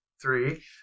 three